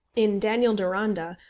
in daniel deronda,